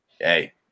Hey